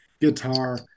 guitar